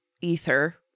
ether